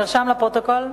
נרשם בפרוטוקול?